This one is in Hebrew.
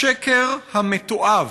השקר המתועב,